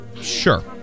Sure